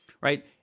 right